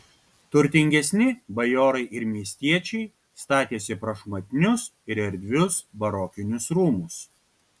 turtingesni bajorai ir miestiečiai statėsi prašmatnius ir erdvius barokinius rūmus